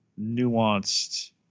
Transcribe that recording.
nuanced